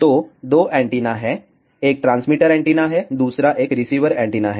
तो 2 एंटीना हैं एक ट्रांसमीटर एंटीना है दूसरा एक रिसीवर एंटीना है